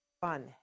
Fun